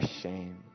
shame